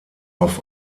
auf